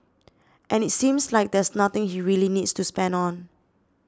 and it seems like there's nothing he really needs to spend on